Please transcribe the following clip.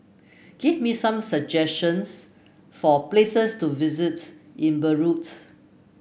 give me some suggestions for places to visit in Beirut